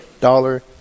dollar